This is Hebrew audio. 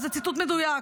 זה ציטוט מדויק.